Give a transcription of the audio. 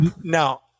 Now